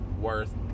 worth